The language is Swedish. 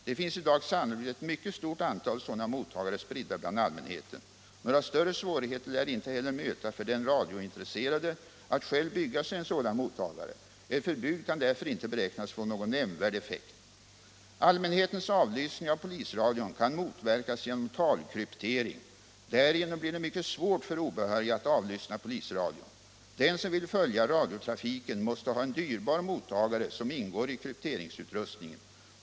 Det finns i dag sannolikt ett mycket stort antal sådana mottagare spridda bland allmänheten. Några större svårigheter lär inte heller möta för den radiointresserade att själv bygga sig en sådan mottagare. Ett förbud kan därför inte beräknas få någon nämnvärd effekt. Allmänhetens avlyssning av polisradion kan motverkas genom talkryptering. Därigenom blir det mycket svårt för obehöriga att avlyssna polisradion. Den som vill följa radiotrafiken måste ha en dyrbar mottagare som ingår i krypteringsutrustningen.